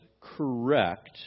correct